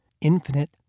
infinite